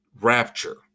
Rapture